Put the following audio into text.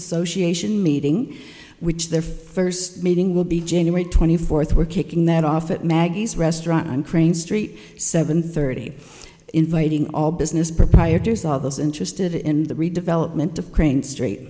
association meeting which their first meeting will be january twenty fourth we're kicking that off at maggie's restaurant on crane street seven thirty inviting all business proprietors all those interested in the redevelopment of crane str